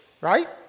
Right